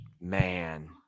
Man